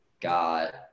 got